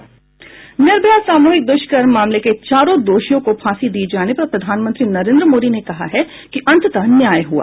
निर्भया सामूहिक दुष्कर्म मामले के चारों दोषियों को फांसी दिये जाने पर प्रधनमंत्री नरेन्द्र मोदी ने कहा है कि अंततः न्याय हुआ